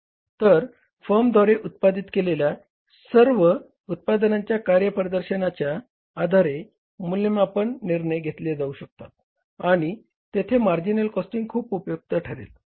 तर फर्मद्वारे उत्पादित केलेल्या सर्व उत्पादनांच्या कार्यप्रदर्शनाच्या आधारे मूल्यमापन निर्णय घेतले जाऊ शकतात आणि येथे मार्जिनल कॉस्टिंग खूप उपयुक्त ठरेल